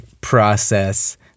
process